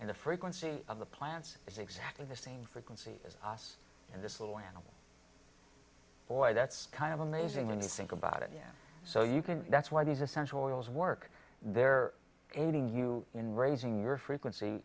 and the frequency of the plants is exactly the same frequency as us and this little animal boy that's kind of amazing when you think about it yeah so you can that's why these essential oils work their aiding you in raising your frequency